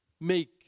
make